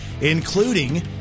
including